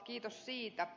kiitos siitä